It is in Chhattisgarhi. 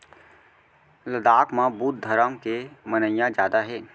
लद्दाख म बुद्ध धरम के मनइया जादा हे